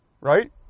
right